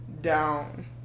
down